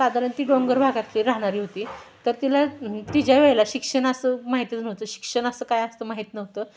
साधारण ती डोंगर भागातली राहणारी होती तर तिला तिच्या वेळेला शिक्षण असं माहीतच नव्हतं शिक्षण असं काय असतं माहीत नव्हतं